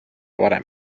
varem